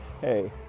hey